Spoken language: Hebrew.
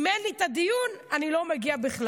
אם אין לי את הדיון, אני לא מגיע בכלל.